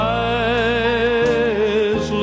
eyes